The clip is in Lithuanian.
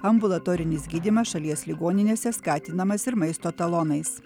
ambulatorinis gydymas šalies ligoninėse skatinamas ir maisto talonais